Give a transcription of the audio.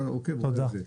תודה.